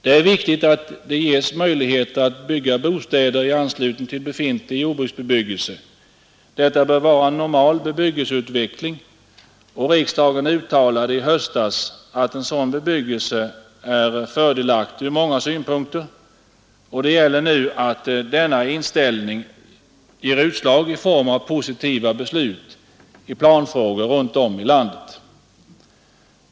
Det är viktigt att det ges möjligheter att uppföra bostäder i anslutning till befintlig jordbruksbebyggelse. Detta bör vara en normal bebyggelseutveckling. Riksdagen uttalade i höstas att en sådan bebyggelse är fördelaktig ur många synpunkter. Det gäller nu att denna inställning ger utslag i form av positiva beslut i planfrågor runt om i landet.